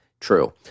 True